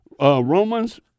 Romans